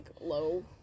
low